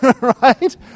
right